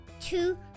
two